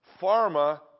Pharma